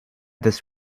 this